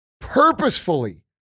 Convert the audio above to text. purposefully